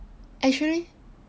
actually